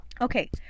Okay